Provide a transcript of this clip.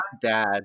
dad